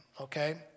okay